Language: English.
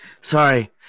sorry